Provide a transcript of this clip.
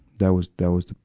that was, that was the,